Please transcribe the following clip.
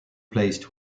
placed